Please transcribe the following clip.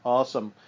Awesome